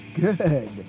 Good